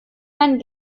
ein